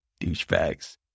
Douchebags